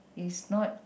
is not